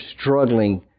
struggling